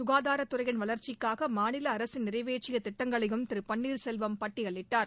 சுகாதாரத் துறையின் வளர்ச்சிக்காக மாநில அரசு நிறைவேற்றிய திட்டங்களையும் கிரு பன்னீர்செல்வம் பட்டியலிட்டார்